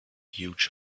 huge